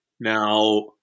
Now